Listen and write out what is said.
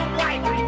white